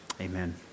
Amen